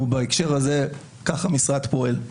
ובהקשר הזה כך המשרד פועל.